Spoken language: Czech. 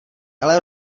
ale